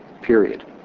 period